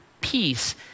peace